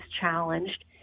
challenged